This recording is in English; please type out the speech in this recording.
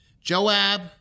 Joab